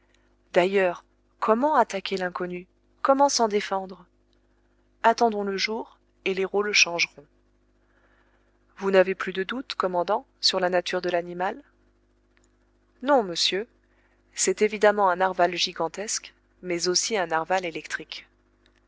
d'ailleurs comment attaquer l'inconnu comment s'en défendre attendons le jour et les rôles changeront vous n'avez plus de doute commandant sur la nature de l'animal non monsieur c'est évidemment un narwal gigantesque mais aussi un narwal électrique